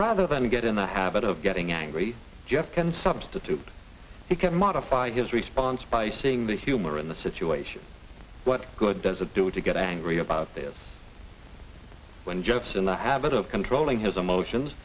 rather than to get in the habit of getting angry jeff can substitute he can modify his response by seeing the humor in the situation what good does it do to get angry about this when jeffs in the habit of controlling his emotions